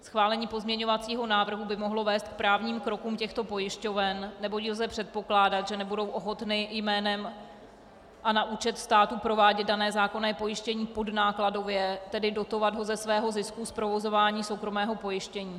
Schválení pozměňovacího návrhu by mohlo vést k právním krokům těchto pojišťoven, neboť lze předpokládat, že nebudou ochotny jménem a na účet státu provádět dané zákonné pojištění podnákladově, tedy dotovat ho ze svého zisku z provozování soukromého pojištění.